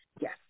Yes